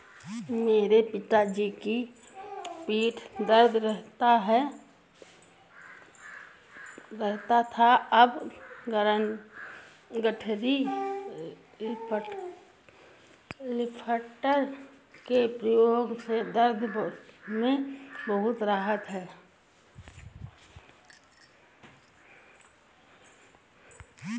मेरे पिताजी की पीठ दर्द रहता था अब गठरी लिफ्टर के प्रयोग से दर्द में बहुत राहत हैं